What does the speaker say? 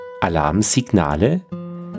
Alarmsignale